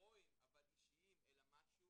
הרואיים אבל אישיים, אלא משהו